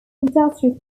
industry